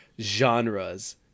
genres